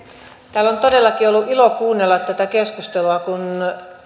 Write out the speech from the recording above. täällä on todellakin ollut ilo kuunnella tätä keskustelua kun